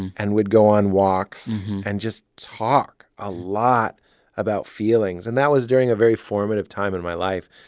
and we'd go on walks and just talk a lot about feelings, and that was during a very formative time in my life.